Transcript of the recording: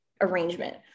arrangement